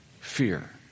fear